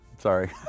Sorry